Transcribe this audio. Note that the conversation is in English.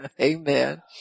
Amen